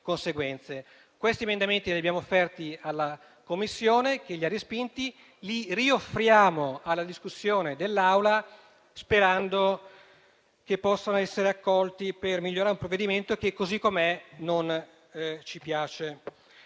Questi emendamenti li abbiamo offerti alla Commissione, che li ha respinti, per cui li ripresentiamo alla discussione dell'Assemblea sperando che possano essere accolti per migliorare un provvedimento che così com'è non ci piace.